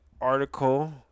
article